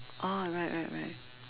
oh right right right